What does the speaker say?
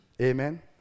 amen